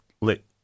lit